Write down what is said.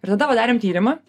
ir tada padarėm tyrimą